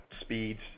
speeds